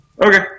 Okay